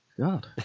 God